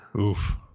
oof